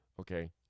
Okay